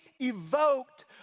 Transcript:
evoked